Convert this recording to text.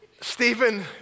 Stephen